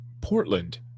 Portland